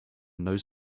knows